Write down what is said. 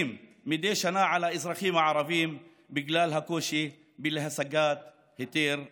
מדי שנה על האזרחים הערבים בגלל הקושי בהשגת היתר בנייה.